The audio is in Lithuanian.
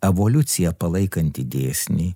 evoliuciją palaikantį dėsnį